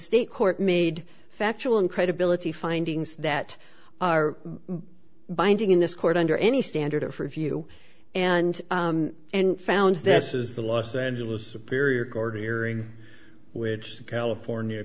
state court made factual incredibility findings that are binding in this court under any standard of review and and found this is the los angeles superior court hearing which the california